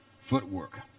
footwork